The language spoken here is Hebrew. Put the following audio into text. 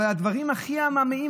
אבל הדברים הכי עממיים,